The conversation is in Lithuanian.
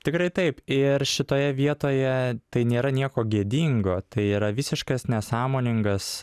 tikrai taip ir šitoje vietoje tai nėra nieko gėdingo tai yra visiškas nesąmoningas